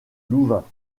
louvain